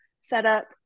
setup